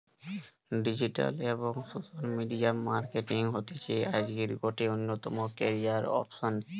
digital এবং social media marketing হতিছে আজকের গটে অন্যতম ক্যারিয়ার অপসন